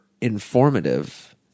informative